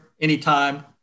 anytime